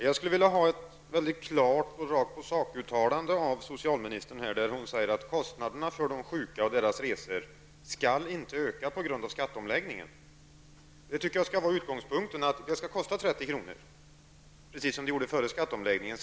Herr talman! Jag skulle vilja ha ett uttalande rakt på sak av socialministern om att kostnaderna för de sjuka och deras resor inte skall öka på grund av skatteomläggningen. Det tycker jag skall vara utgångspunkten: Det skall kosta 30 kr., precis som det gjorde före skatteomläggningen.